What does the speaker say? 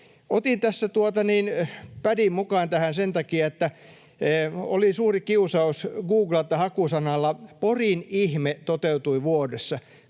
Otin tässä pädin mukaan tähän sen takia, että oli suuri kiusaus googlata hakusanalla ”Porin ihme toteutui vuodessa”.